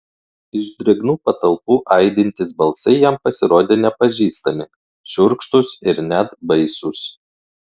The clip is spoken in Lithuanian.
iš drėgnų patalpų aidintys balsai jam pasirodė nepažįstami šiurkštūs ir net baisūs